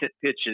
pitches